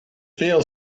feel